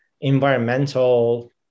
environmental